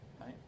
right